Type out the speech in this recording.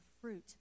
fruit